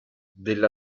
della